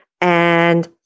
And-